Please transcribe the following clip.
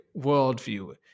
worldview